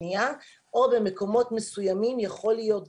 שנייה או במקומות מסוימים יכול להיות גם,